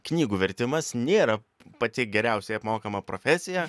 knygų vertimas nėra pati geriausiai apmokama profesija